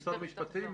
ומשרד המשפטים?